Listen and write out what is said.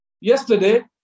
yesterday